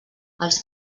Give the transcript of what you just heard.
els